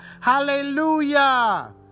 hallelujah